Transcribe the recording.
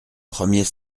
premier